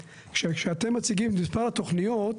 כשאתם מציגים את כל התוכניות,